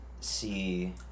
see